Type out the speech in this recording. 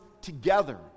together